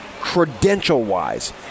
credential-wise